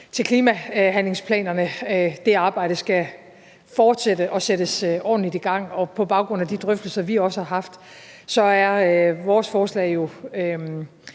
til klimahandlingsplanerne; det arbejde skal fortsætte og sættes ordentligt i gang, og på baggrund af de drøftelser, vi også har haft, er vores forslag